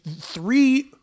three